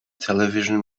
television